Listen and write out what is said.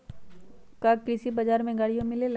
का कृषि बजार में गड़ियो मिलेला?